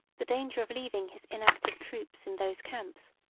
the danger of leaving his inactive troops in those camps,